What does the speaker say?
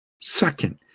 Second